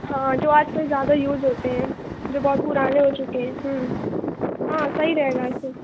ہاں جو آج کل زیادہ یُوز ہوتے ہیں جو بہت پُرانے ہو چُکے ہیں ہاں صحیح رہے گا ایسے